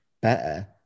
better